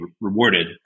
rewarded